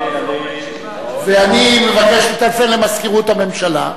ואני מבקש לטלפן למזכירות הממשלה.